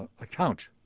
account